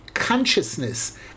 Consciousness